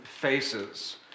faces